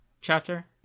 chapter